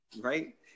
Right